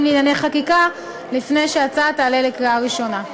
לענייני חקיקה לפני שההצעה תעלה לקריאה ראשונה.